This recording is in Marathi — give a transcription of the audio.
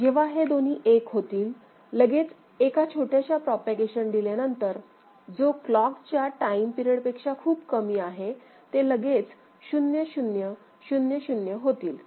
जेव्हा हे दोन्ही एक होतील लगेच एका छोट्याशा प्रोपॅगेशन डीले नंतर जो क्लॉकच्या टाइम पिरियड पेक्षा खूप कमी आहे ते लगेच 0000 होतील